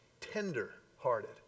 Tender-hearted